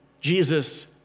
Jesus